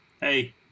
Hey